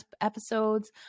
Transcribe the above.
episodes